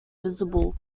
visible